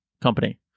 company